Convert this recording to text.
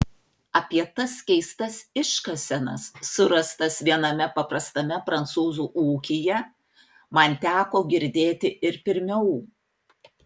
apie tas keistas iškasenas surastas viename paprastame prancūzų ūkyje man teko girdėti ir pirmiau